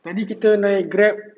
tadi kita naik grab